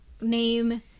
name